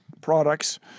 products